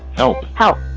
help, help.